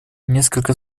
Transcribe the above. несколько